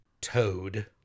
Toad